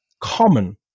common